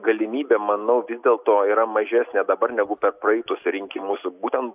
galimybė manau dėl to yra mažesnė dabar negu per praeitus rinkimus būtent